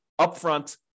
upfront